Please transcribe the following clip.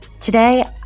Today